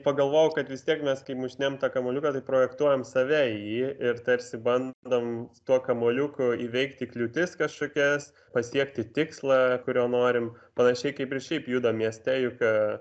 pagalvojau kad vis tiek mes kai mušinėjam tą kamuoliuką projektuojam save į jį ir tarsi bandom tuo kamuoliuku įveikti kliūtis kažkokias pasiekti tikslą kurio norim panašiai kaip ir šiaip judam mieste juk